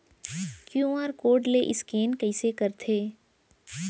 QR code ले scan कइसे करथे?